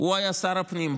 הוא היה שר הפנים.